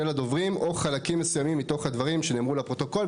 הדוברים או חלקים מסוימים מתוך הדברים שנאמרו לפרוטוקול.